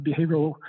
behavioral